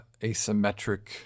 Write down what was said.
asymmetric